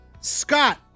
Scott